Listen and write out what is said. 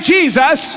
Jesus